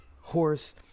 horse